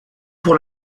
pour